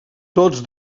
tots